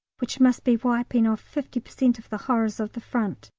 which must be wiping off fifty per cent of the horrors of the front.